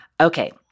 Okay